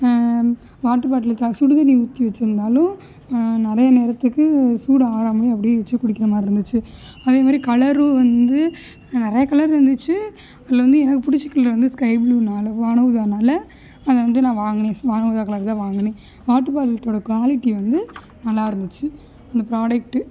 water bottle க சுடு தண்ணி ஊற்றி வெச்சிருந்தாலும் நிறைய நேரத்துக்கு சூடு ஆறாமையே அப்படியே வெச்சு குடிக்கிற மாறிருந்துச்சி அதேமாரி கலரும் வந்து நிறைய கலர்இருந்துச்சி அதில் வந்து எனக்கு பிடிச்ச கலர் வந்து ஸ்கை ப்ளூனால் வான ஊதானால் அதை வந்து நான் வாங்கினேன் ஸ் வான ஊதா கலருக்கு தான் வாங்குனேன் வாட்ரு பாட்ல்டோட குவாலிட்டி வந்து நல்லாயிருந்துச்சி அந்த ப்ராடக்ட்டு